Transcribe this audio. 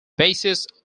basis